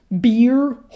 beer